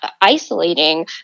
isolating